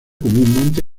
comúnmente